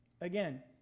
again